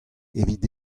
evit